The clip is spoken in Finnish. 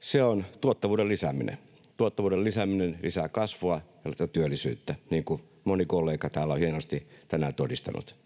Se on tuottavuuden lisääminen. Tuottavuuden lisääminen lisää kasvua ja nostaa työllisyyttä, niin kuin moni kollega täällä on hienosti tänään todistanut.